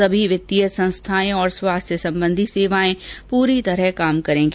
सभी वित्तीय संस्थाएं और स्वास्थ्य संबंधी सेवाएं प्ररी तरह काम करेंगी